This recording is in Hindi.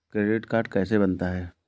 क्रेडिट कार्ड कैसे बनता है?